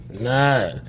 Nah